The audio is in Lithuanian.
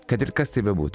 kad ir kas tai bebūtų